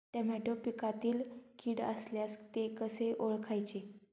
Tomato पिकातील कीड असल्यास ते कसे ओळखायचे?